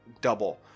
double